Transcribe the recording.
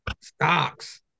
stocks